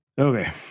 Okay